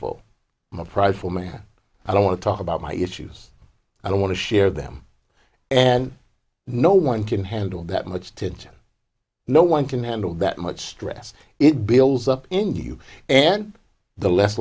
my price for me i don't want to talk about my issues i don't want to share them and no one can handle that much tension no one can handle that much stress it builds up in you and the less